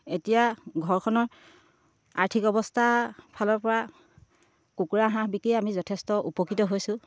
এতিয়া ঘৰখনৰ আৰ্থিক অৱস্থা ফালৰ পৰা কুকুৰা হাঁহ বিকিয়েই আমি যথেষ্ট উপকৃত হৈছোঁ